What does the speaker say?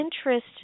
interest